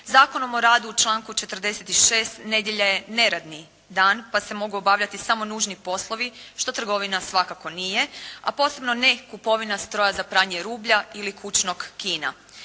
Zakonom o radu u članku 46. nedjelja je neradni dan, pa se mogu obavljati samo nužni poslovi, što trgovina svakako nije, a posebno ne kupovina stroja za pranje rublja ili kućnog kina.